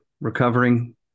Recovering